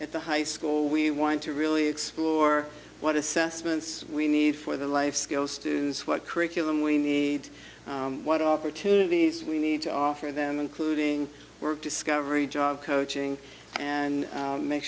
at the high school we want to really explore what assessments we need for the life skills to see what curriculum we need what opportunities we need to offer them including work discovery job coaching and make